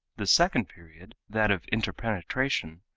the second period, that of interpenetration,